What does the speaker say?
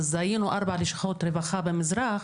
אז היינו 4 לשכות רווחה במזרח